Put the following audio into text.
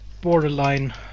borderline